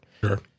sure